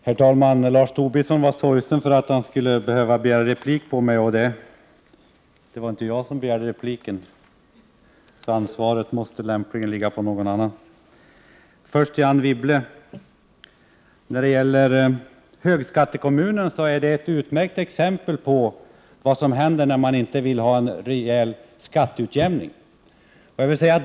Herr talman! Lars Tobisson var sorgsen över att han skulle behöva begära replik på mig. Det var inte jag som begärde repliken, så ansvaret måste lämpligen läggas på någon annan. Först till Anne Wibble: När det gäller högskattekommuner gav Anne Wibble ett utmärkt exempel på vad som händer, när man inte vill ha en rejäl skatteutjämning.